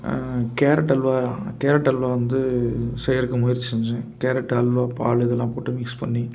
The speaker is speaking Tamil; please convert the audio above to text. கேரட் அல்வா கேரட் அல்வா வந்து செய்யிறதுக்கு முயற்சி செஞ்சேன் கேரட் அல்வா பால் இதெல்லாம் போட்டு மிக்ஸ் பண்ணி